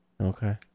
Okay